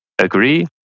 agree